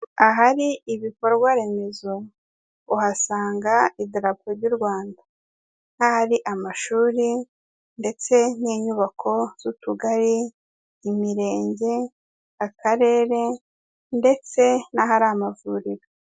Ahari ibikorwa remezo, uhasanga idarapo ry'u Rwanda, nk'ahari amashuri ndetse n'inyubako z'utugari, imirenge, akarere ndetse n'ahari amavuriro.